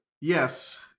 Yes